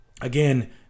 again